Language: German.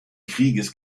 krieges